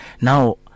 Now